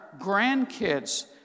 grandkids